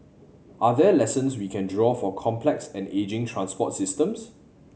are there lessons we can draw for complex and ageing transport systems